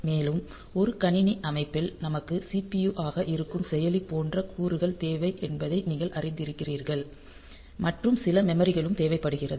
மேலும் ஒரு கணினி அமைப்பில் நமக்கு CPU ஆக இருக்கும் செயலி போன்ற கூறுகள் தேவை என்பதை நீங்கள் அறிந்திருக்கிறீர்கள் மற்றும் சில மெமரிகளும் தேவைப்படுகிறது